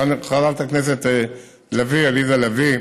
חברת הכנסת לביא, עליזה לביא,